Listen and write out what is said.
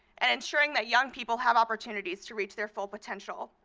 and ensuring that young people have opportunities to reach their full potential.